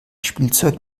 spielzeug